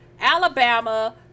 Alabama